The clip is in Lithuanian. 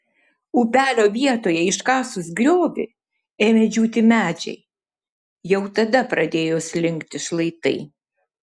upelio vietoje iškasus griovį ėmė džiūti medžiai jau tada pradėjo slinkti šlaitai